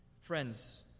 Friends